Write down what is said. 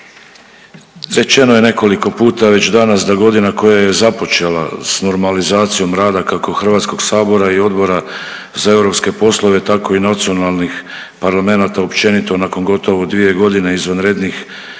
Rečeno je nekoliko puta već danas da godina koja je započela s normalizacijom rada kako Hrvatskog sabora i Odbora za europske poslove tako i nacionalnih parlamenata općenito nakon gotovo 2 godine izvanrednih